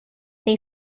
they